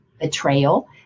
betrayal